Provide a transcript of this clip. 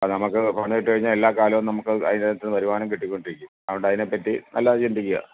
അപ്പം നമുക്ക് പണിതിട്ട് കഴിഞ്ഞാൽ എല്ലാ കാലവും നമുക്ക് അതിനകത്ത് നിന്ന് വരുമാനം കിട്ടിക്കോണ്ടിരിക്കും അതുകൊണ്ട് അതിനെപ്പറ്റി നല്ലത് ചിന്തിക്കുക